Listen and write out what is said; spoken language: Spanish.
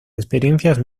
experiencias